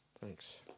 Thanks